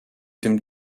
dem